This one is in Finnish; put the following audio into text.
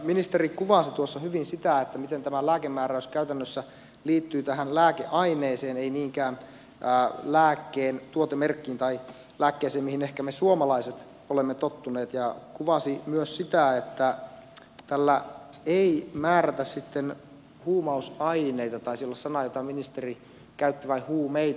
ministeri kuvasi hyvin sitä miten tämä lääkemääräys käytännössä liittyy tähän lääkeaineeseen ei niinkään lääkkeen tuotemerkkiin tai lääkkeisiin mihin ehkä me suomalaiset olemme tottuneet ja kuvasi myös sitä että tällä ei määrätä huumausaineita taisi olla sana jota ministeri käytti vai huumeita